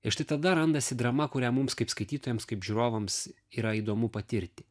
ir štai tada randasi drama kurią mums kaip skaitytojams kaip žiūrovams yra įdomu patirti